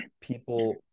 people